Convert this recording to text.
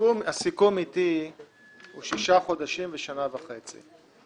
הסיכום איתי הוא שישה חודשים ושנה וחצי.